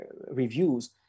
reviews